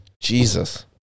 Jesus